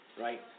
right